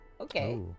okay